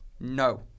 no